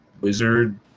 wizard